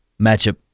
matchup